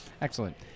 Excellent